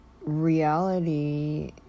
reality